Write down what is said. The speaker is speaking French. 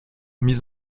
mise